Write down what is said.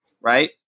right